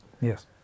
Yes